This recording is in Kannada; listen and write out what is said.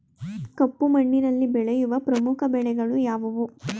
ಕಪ್ಪು ಮಣ್ಣಿನಲ್ಲಿ ಬೆಳೆಯುವ ಪ್ರಮುಖ ಬೆಳೆಗಳು ಯಾವುವು?